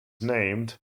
named